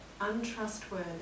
untrustworthy